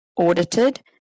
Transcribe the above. audited